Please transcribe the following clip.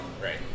Right